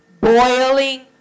boiling